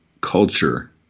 culture